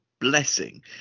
blessing